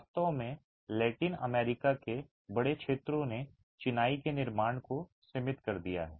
वास्तव में Latin America के बड़े क्षेत्रों ने चिनाई के निर्माण को सीमित कर दिया है